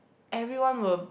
everyone will